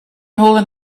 holding